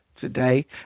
today